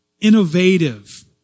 innovative